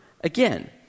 again